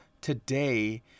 today